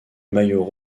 maillot